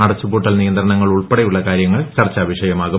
അടച്ചുപൂട്ടൽ നിയന്ത്രണങ്ങൾ ഉൾപ്പെടെയുള്ള കാര്യങ്ങൾ ചർച്ചാവിഷയമാകും